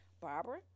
Barbara